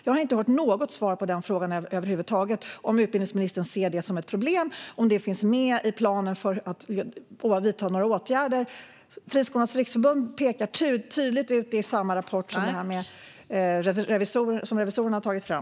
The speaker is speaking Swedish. Jag har inte hört något svar på den frågan över huvud taget, vare sig om utbildningsministern ser det som ett problem eller om det finns med i någon plan för att vidta åtgärder. Friskolornas riksförbund pekar tydligt ut detta i den rapport som revisorerna har tagit fram.